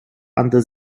under